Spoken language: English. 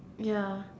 ya